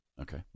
Okay